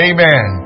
Amen